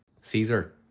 Caesar